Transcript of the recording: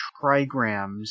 trigrams